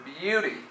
beauty